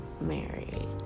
married